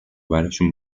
برشون